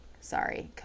sorry